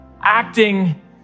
acting